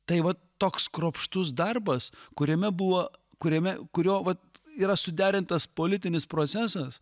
tai vat toks kruopštus darbas kuriame buvo kuriame kurio vat yra suderintas politinis procesas